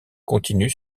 continuent